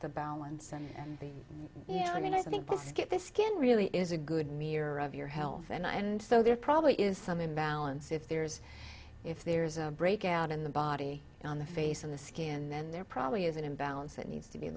the balance and you know i mean i think we'll skip the skin really is a good mirror of your health and i and so there probably is some imbalance if there's if there's a breakout in the body on the face of the skin then there probably is an imbalance that needs to be